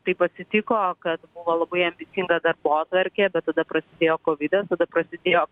taip atsitiko kad buvo labai ambicinga darbotvarkė bet tada prasidėjo kovidas tada prasidėjo